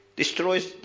destroys